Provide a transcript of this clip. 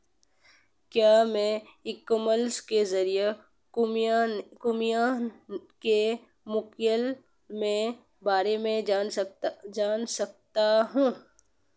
क्या मैं e commerce के ज़रिए कृषि यंत्र के मूल्य में बारे में जान सकता हूँ?